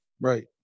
right